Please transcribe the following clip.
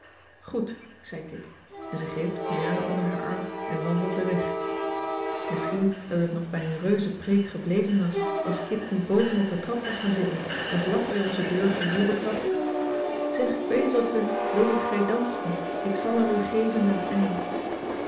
goed zei kit en ze greep de piano onder haar arm en wandelde weg misschien dat het nog bij een reuzepreek gebleven was als kit niet boven op de trap was gaan zitten en vlak bij onze deur gejubeld had zeg kwezelken wildet gij dansen ik zal er u geven een ei